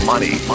Money